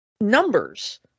numbers